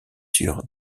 sur